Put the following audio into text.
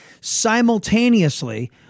simultaneously